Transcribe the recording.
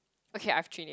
okay I have changed